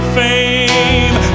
fame